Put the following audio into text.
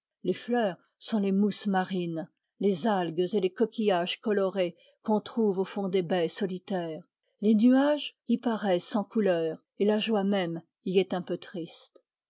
les fleurs sont les mousses marines les algues et les coquillages colorés qu'on trouve au fond des baies solitaires les nuages y paraissent sans couleur et la joie même y est un peu triste